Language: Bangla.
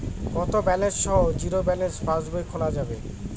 কত ব্যালেন্স সহ জিরো ব্যালেন্স পাসবই খোলা যাবে?